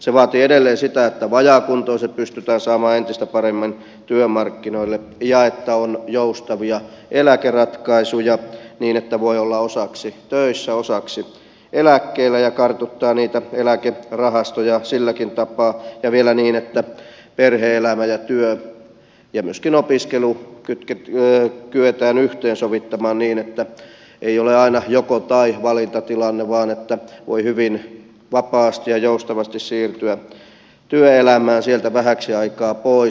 se vaatii edelleen sitä että vajaakuntoiset pystytään saamaan entistä paremmin työmarkkinoille ja että on joustavia eläkeratkaisuja niin että voi olla osaksi töissä osaksi eläkkeellä ja kartuttaa niitä eläkerahastoja silläkin tapaa ja vielä sitä että perhe elämä ja työ ja myöskin opiskelu kyetään yhteensovittamaan niin että ei ole aina jokotai valintatilanne vaan että voi hyvin vapaasti ja joustavasti siirtyä työelämään tai sieltä vähäksi aikaa pois